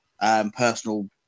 personal